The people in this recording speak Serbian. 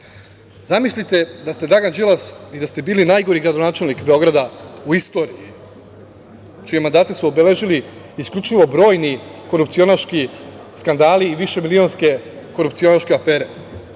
da ste Dragan Đilas i da ste bili najgori gradonačelnik Beograda u istoriji, čije mandate su obeležili isključivo brojni korupcionaški skandali i višemilionske korupcionaške